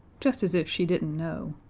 just as if she didn't know.